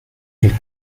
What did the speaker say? ils